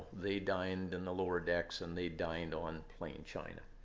they dined in the lower decks, and they dined on plain china.